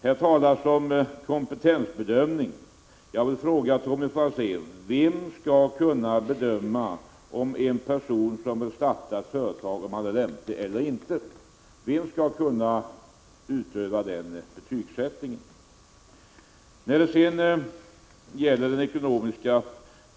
Här talas om kompetensbedömning. Jag vill fråga Tommy Franzén: Vem skall kunna bedöma om en person som startar ett företag är lämplig eller inte? Vem skall kunna utföra den betygssättningen?